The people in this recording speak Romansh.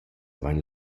vain